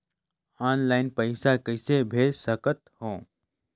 Online पइसा कइसे भेज सकत हो?